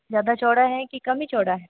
ज़्यादा चौड़ा है कि कम ही चौड़ा है